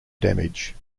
damage